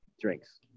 drinks